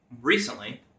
recently